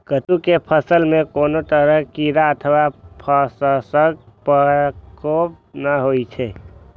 कट्टू के फसल मे कोनो तरह कीड़ा अथवा फंगसक प्रकोप नहि होइ छै